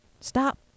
stop